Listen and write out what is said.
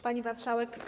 Pani Marszałek!